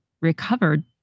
recovered